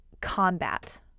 combat